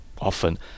often